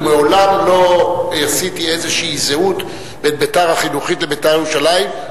ומעולם לא עשיתי איזושהי זהות בין בית"ר החינוכית לבין "בית"ר ירושלים",